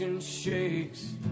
shakes